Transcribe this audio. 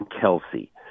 Kelsey